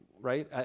right